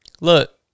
Look